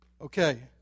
Okay